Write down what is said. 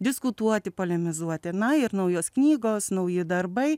diskutuoti polemizuoti na ir naujos knygos nauji darbai